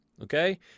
Okay